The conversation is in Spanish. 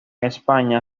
españa